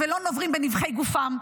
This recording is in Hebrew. ולא נוברים בנבכי גופם,